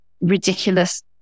ridiculous